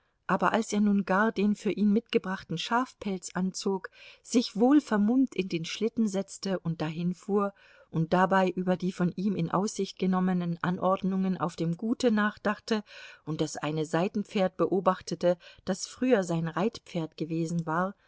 aber als er nun gar den für ihn mitgebrachten schafpelz anzog sich wohlvermummt in den schlitten setzte und dahinfuhr und dabei über die von ihm in aussicht genommenen anordnungen auf dem gute nachdachte und das eine seitenpferd beobachtete das früher sein reitpferd gewesen war